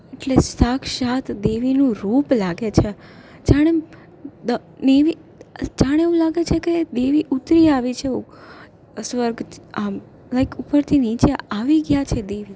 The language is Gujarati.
એટલે સાક્ષાત દેવીનું રૂપ લાગે છે જાણે દ દેવી જાણે એવું લાગે છેકે દેવી ઉતરી આવી છે એવું સ્વર્ગ આમ લાઇક ઉપરથી નીચે આવી ગયાં છે દેવી